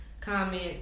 comment